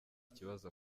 kibazo